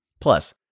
Plus